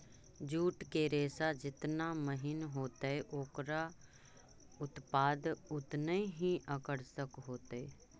jute के रेशा जेतना महीन होतई, ओकरा उत्पाद उतनऽही आकर्षक होतई